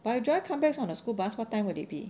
but if joy comes back on a school bus what time will it be